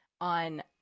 on